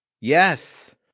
Yes